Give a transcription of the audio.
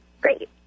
Great